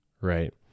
right